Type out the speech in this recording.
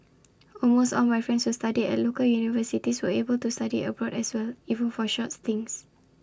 almost all my friends who studied at local universities were able to study abroad as well even for short stints